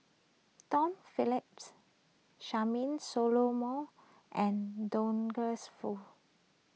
Tom Phillips Charmaine Solomon and Douglas Foo